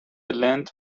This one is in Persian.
لنت